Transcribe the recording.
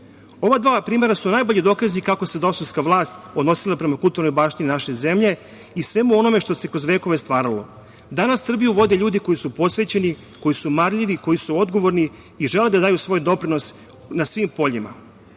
dva primera su najbolji dokazi kako se dosovska vlast odnosila prema kulturnoj baštini naše zemlje i svemu onome što se kroz vekove stvaralo. Danas Srbiju vode ljudi koji su posvećeni, koji su marljivi, koji su odgovorni i žele da daju svoj doprinos na svim poljima,